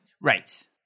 Right